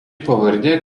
pavardė